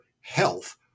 health